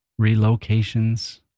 relocations